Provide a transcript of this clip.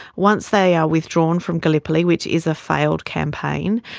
once they are withdrawn from gallipoli, which is a failed campaign,